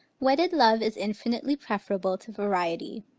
wedded love is infinitely preferable to variety.